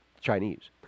Chinese